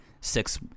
six